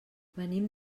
venim